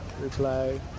reply